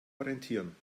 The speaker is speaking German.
orientieren